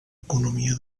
economia